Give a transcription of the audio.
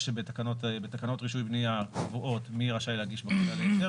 יש בתקנות רישוי בנייה קבועות מי רשאי להגיש בקשה להיתר.